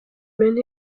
maine